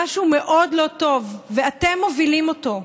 משהו מאוד לא טוב, ואתם מובילים אותו.